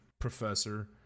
professor